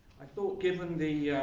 i thought given the